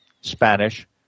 Spanish